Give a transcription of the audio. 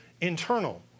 internal